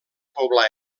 poblar